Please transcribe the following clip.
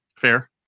Fair